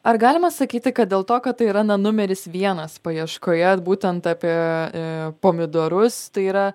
ar galima sakyti kad dėl to kad tai yra na numeris vienas paieškoje ir būtent apie a pomidorus tai yra